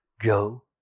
Go